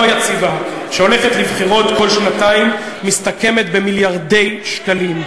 יציבה שהולכת לבחירות כל שנתיים מסתכמת במיליארדי שקלים.